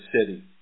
city